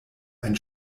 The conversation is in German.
ein